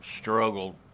struggled